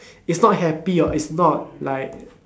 is not happy or is not like